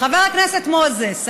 חבר הכנסת מוזס,